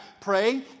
Pray